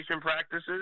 practices